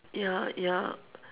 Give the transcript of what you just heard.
ya ya